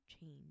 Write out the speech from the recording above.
Change